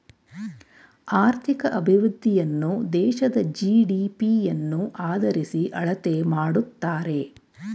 ಆರ್ಥಿಕ ಅಭಿವೃದ್ಧಿಯನ್ನು ದೇಶದ ಜಿ.ಡಿ.ಪಿ ಯನ್ನು ಆದರಿಸಿ ಅಳತೆ ಮಾಡುತ್ತಾರೆ